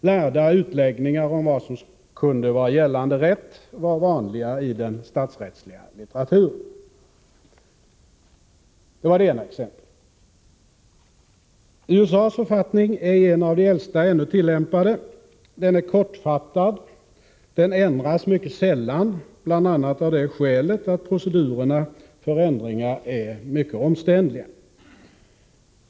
Lärda utläggningar om vad som kunde vara gällande rätt var vanliga i den staträttsliga litteraturen. Det var det ena exemplet. USA:s författning är en av de äldsta ännu tillämpade. Den är kortfattad. Den ändras mycket sällan, bl.a. av det skälet att procedurerna för ändringar är mycket omständliga.